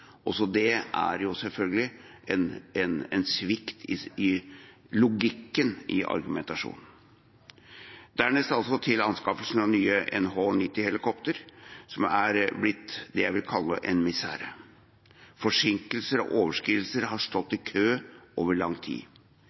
Det er en svikt i logikken i argumentasjonen. Dernest til anskaffelsen av nye NH90-helikoptre, som er blitt det jeg vil kalle en misere. Forsinkelser og overskridelser har stått i kø over lang tid.